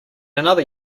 another